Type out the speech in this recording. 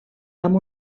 amb